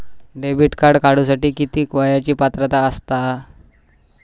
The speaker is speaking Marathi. डेबिट कार्ड काढूसाठी किती वयाची पात्रता असतात?